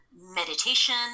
meditation